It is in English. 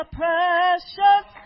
precious